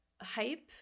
hype